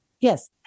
Yes